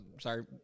Sorry